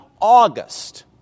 August